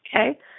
okay